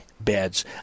beds